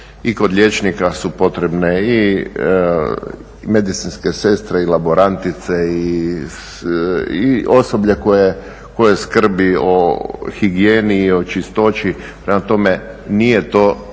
I kod liječnika su potrebne medicinske sestre i laborantice i osoblje koje skrbi o higijeni i o čistoći prema tome nije to